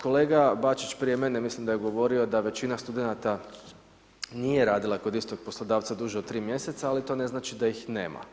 Kolega Bačić prije mene, mislim da je govorio da većina studenata nije radila kod istog poslodavca duže od 3 mjeseca, ali to ne znači da ih nema.